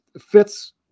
fits